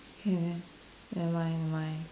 okay then never mind never mind